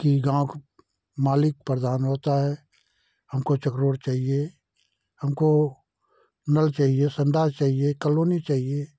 कि गाँव का मालिक प्रधान होता है हमको चक्र रोड चाहिए हमको नल चहिए संडास चहिए कलोनी चाहिए